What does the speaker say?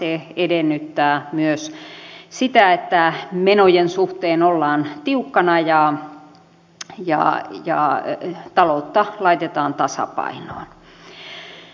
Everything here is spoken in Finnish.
se edellyttää myös sitä että menojen suhteen ollaan tiukkana ja taloutta laitetaan tasapainoon